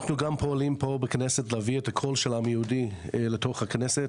אנחנו גם פועלים פה בכנסת להביא את הקול של העם היהודי לתוך הכנסת.